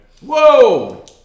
Whoa